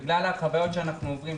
בגלל החוויות שאנחנו עוברים,